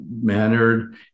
mannered